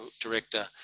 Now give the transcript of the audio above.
director